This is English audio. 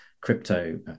crypto